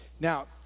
Now